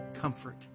comfort